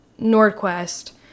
NordQuest